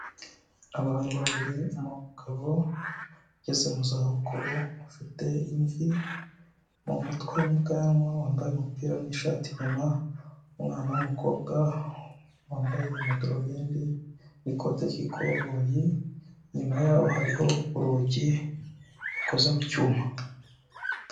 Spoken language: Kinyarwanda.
Abantu babiri umugabo ugeze mu za bukuru ufite imvi mu mutwe n'ubwanwa wambaye umupira n'ishati inyuma, umwana w'umukobwa wambaye amadarubindi n'ikote ry'ikoboyi, inyuma yabo hariho urugi rukozeza mu cyuma.